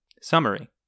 Summary